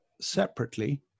separately